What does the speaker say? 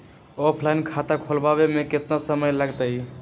Offline खाता खुलबाबे में केतना समय लगतई?